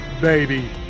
baby